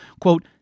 quote